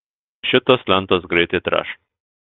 šitos lentos greitai treš